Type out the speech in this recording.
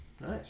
Nice